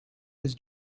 was